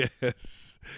Yes